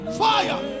fire